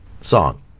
song